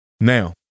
Now